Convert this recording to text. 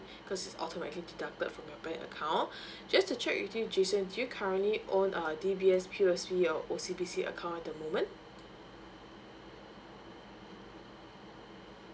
because it's ultimately deducted from your bank account just to check with you jason did you currently own a D_B_S P_O_S_B your O_C_B_C account at the moment